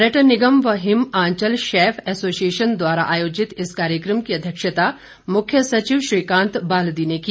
पर्यटन निगम व हिम आंचल शैफ एसोसिएशन द्वारा आयोजित इस कार्यक्रम की अध्यक्षता मुख्य सचिव श्रीकांत बाल्दी ने की